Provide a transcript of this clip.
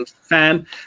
fan